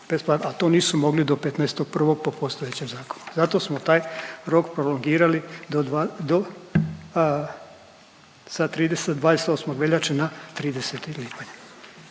a to nisu mogli do 15.1. po postojećem zakonu. Zato smo taj rok prolongirali do 2, do sa 30, 28. veljače na 30. lipanj.